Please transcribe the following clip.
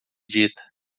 dita